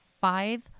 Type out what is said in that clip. five